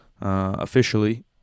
officially